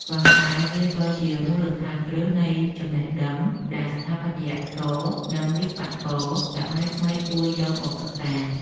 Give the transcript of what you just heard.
ប៉ុន្តែវាក៏ជាមូលដ្ឋានគ្រឹះនៃចំណេះដឹងដែលស្ថាបត្យករ និងវិស្វករសម័យថ្មីគួរយកមកសិក្សា។